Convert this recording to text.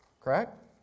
Correct